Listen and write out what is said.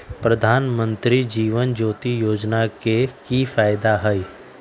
प्रधानमंत्री जीवन ज्योति योजना के की फायदा हई?